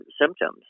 symptoms